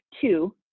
two